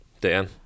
Dan